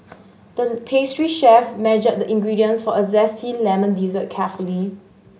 the pastry chef measured the ingredients for a zesty lemon dessert carefully